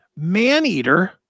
Maneater